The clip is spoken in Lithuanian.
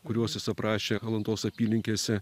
kuriuos jis aprašė alantos apylinkėse